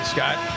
Scott